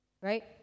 right